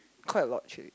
quite a lot actually